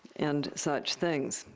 and such things,